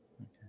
Okay